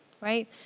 right